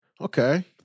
Okay